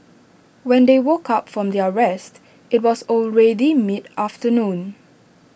when they woke up from their rest IT was already mid afternoon